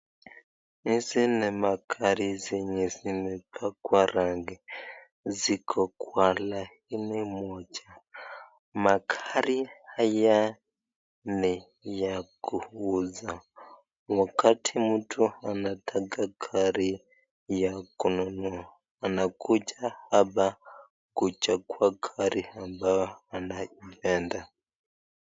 Hizi ni magari zenye zinapakwa rangi, ziko kwa laini moja. Magari haya ni ya kuuza, wakati mtu anataka gari ya kununua anakuja hapa kuchagua gari ambao anaipenda.